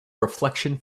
reflection